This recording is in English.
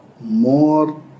more